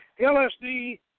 LSD